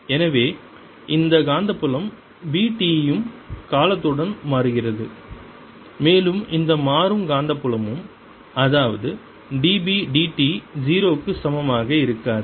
எனவே இந்த காந்தப்புலம் B t யும் காலத்துடன் மாறுகிறது மேலும் இந்த மாறும் காந்தப்புலமும் அதாவது d B d t 0 க்கு சமமாக இருக்காது